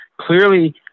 clearly